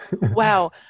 Wow